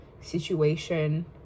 situation